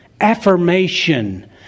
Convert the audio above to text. Affirmation